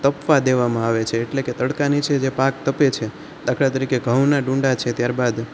તપવા દેવામાં આવે છે એટલે કે તડકા નીચે પાક તપે છે દાખલા તરીકે ઘઉનાં ડૂંડા છે ત્યારબાદ